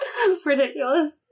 Ridiculous